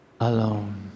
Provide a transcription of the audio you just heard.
alone